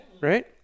right